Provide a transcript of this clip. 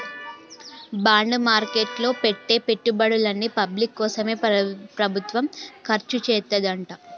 bond market లో పెట్టే పెట్టుబడుల్ని పబ్లిక్ కోసమే ప్రభుత్వం ఖర్చుచేత్తదంట